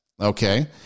Okay